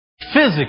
Physically